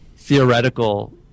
theoretical